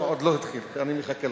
עוד לא התחלתי, אני מחכה לך.